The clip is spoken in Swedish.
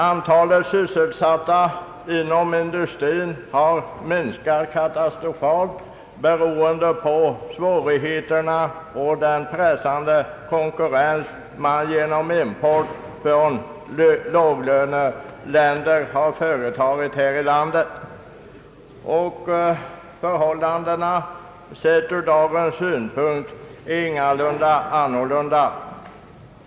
Antalet sysselsatta inom industrin har minskat katastrofalt, beroende på svårigheterna och den pressande konkurrens som här i landet förekommer genom import från låglöneländer. Förhållandena är inte heller i dag annorlunda.